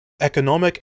economic